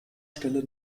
stelle